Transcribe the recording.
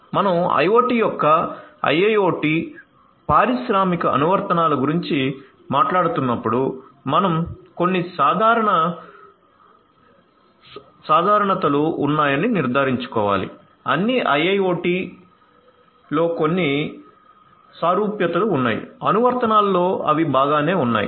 మనం IoT యొక్క IIoT పారిశ్రామిక అనువర్తనాల గురించి మాట్లాడుతున్నప్పుడు మనం కొన్ని సాధారణతలు ఉన్నాయని నిర్ధారించుకోవాలి అన్ని IIoT లో కొన్ని సారూప్యతలు ఉన్నాయి అనువర్తనాలలోఅవి బాగానే ఉన్నాయి